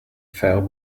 fell